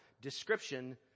Description